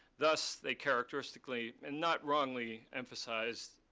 thus, they characteristically, and not wrongly, emphasized,